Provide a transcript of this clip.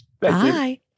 Bye